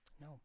No